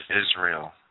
Israel